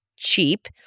cheap